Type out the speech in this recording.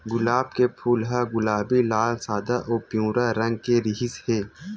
गुलाब के फूल ह गुलाबी, लाल, सादा अउ पिंवरा रंग के रिहिस हे